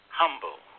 humble